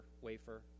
wafer